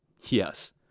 yes